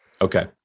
okay